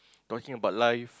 talking about life